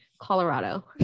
Colorado